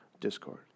Discord